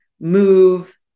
move